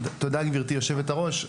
תודה לגברתי יושבת הראש,